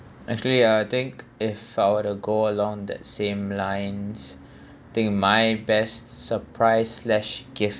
actually I think if I were to go along the same lines think my best surprise slash gift